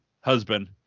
husband